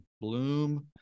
Bloom